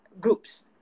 groups